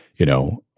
you know,